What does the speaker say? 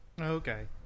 Okay